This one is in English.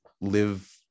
live